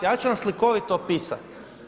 Ja ću vam slikovito opisati.